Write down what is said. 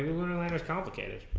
lunar lander py